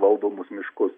valdomus miškus